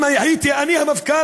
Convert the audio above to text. אם הייתי אני המפכ"ל,